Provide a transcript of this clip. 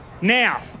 Now